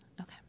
Okay